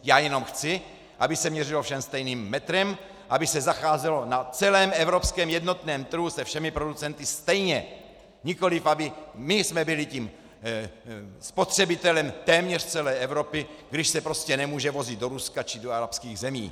Já jenom chci, aby se měřilo všem stejným metrem, aby se zacházelo na celém evropském jednotném trhu se všemi producenty stejně, nikoli abychom my byli tím spotřebitelem téměř celé Evropy, když se prostě nemůže vozit do Ruska či do arabských zemí.